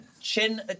Chin